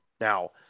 Now